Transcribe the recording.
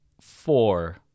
four